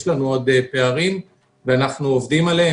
יש לנו עוד פערים ואנחנו עובדים עליהם.